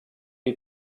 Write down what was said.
you